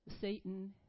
Satan